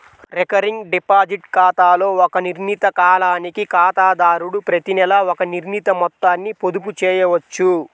recurring deposit ఖాతాలో ఒక నిర్ణీత కాలానికి ఖాతాదారుడు ప్రతినెలా ఒక నిర్ణీత మొత్తాన్ని పొదుపు చేయవచ్చు